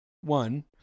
one